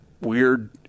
weird